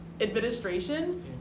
administration